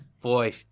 Boy